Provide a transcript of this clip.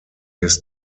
his